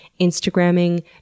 Instagramming